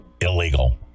illegal